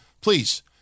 please